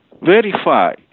verify